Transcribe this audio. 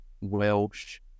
Welsh